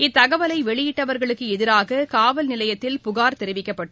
இத்தகவலை வெளியிட்டவர்களுக்கு எதிராக காவல் நிலையத்தில் புகார் தெரிவிக்கப்பட்டு